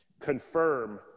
confirm